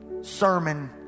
sermon